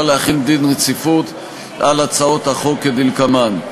להחיל דין רציפות על הצעות החוק כדלקמן: